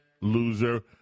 Loser